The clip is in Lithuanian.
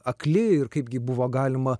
akli ir kaipgi buvo galima